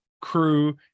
crew